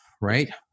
right